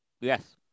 yes